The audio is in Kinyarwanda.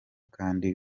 kandi